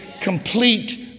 complete